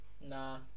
nah